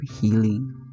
healing